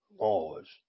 laws